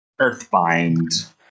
Earthbind